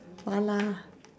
mala